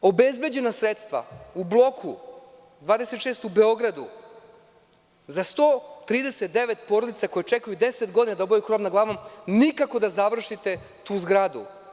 Obezbeđena sredstva u bloku 26. u Beogradu za 139 porodica koje čekaju 10 godina da dobiju krov nad glavom, niko da završite tu zgradu.